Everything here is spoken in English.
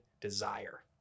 desire